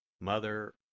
Mother